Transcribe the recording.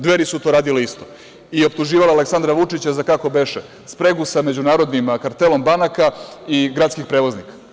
Dveri su to radile isto, optuživale Aleksandra Vučića za kako beše, spregu sa međunarodnim kartelom banaka i gradskih prevoznika.